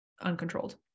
uncontrolled